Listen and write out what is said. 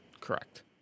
Correct